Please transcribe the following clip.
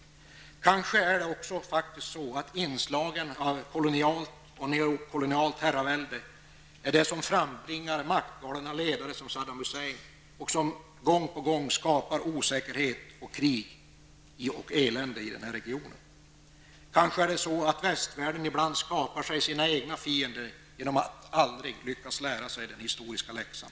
Kanske är det faktiskt så, att det är inslagen av kolonialt och neokolonialt herravärlde som frambringar maktgalna ledare som Saddam Hussein och som gång på gång skapar osäkerhet, krig och elände i regionen. Kanske är det så, att västvärlden ibland själv skapar sina fiender genom att aldrig lyckas lära sig den historiska läxan.